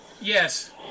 Yes